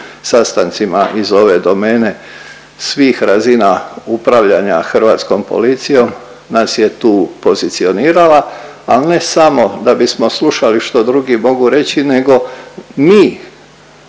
sastancima iz ove domene svih razina upravljanja hrvatskom policijom, nas je tu pozicionirala ali ne samo da bismo slušali što drugi mogu reći nego mi